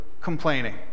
complaining